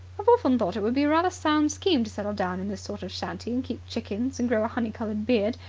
i've often thought it would be a rather sound scheme to settle down in this sort of shanty and keep chickens and grow a honey coloured beard,